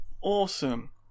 awesome